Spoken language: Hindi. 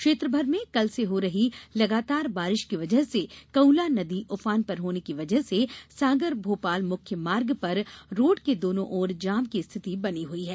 क्षेत्र भर में कल से हो रही लगातार बारिश की वजह से कऊला नदी उफ़ान पर होने की वजह से सागर भोपाल मुख्य मार्ग पर रोड के दोनों ओर जाम की रिथति बनी हुई है